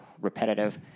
repetitive